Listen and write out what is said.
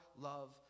love